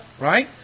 right